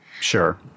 sure